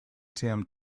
tim